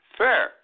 fair